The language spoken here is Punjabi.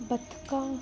ਬੱਤਖਾਂ